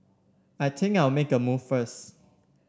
I think I'll make a move first